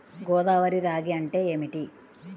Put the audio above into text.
గోదావరి రాగి అంటే ఏమిటి?